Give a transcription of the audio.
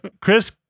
Chris